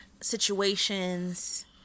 situations